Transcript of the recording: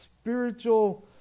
spiritual